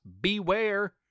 beware